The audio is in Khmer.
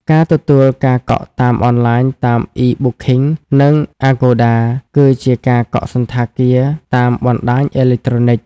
ការទទួលការកក់តាមអនឡាញតាម អុី បុកឃីង និងអាហ្គូដា គឺជាការកក់សណ្ឋាគារតាមបណ្ដាញអេឡិចត្រូនិច។